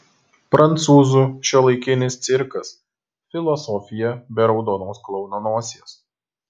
prancūzų šiuolaikinis cirkas filosofija be raudonos klouno nosies